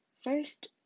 First